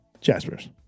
jaspers